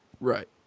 Right